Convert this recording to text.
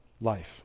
life